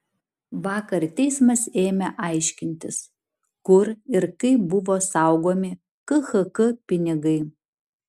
vakar teismas ėmė aiškintis kur ir kaip buvo saugomi khk pinigai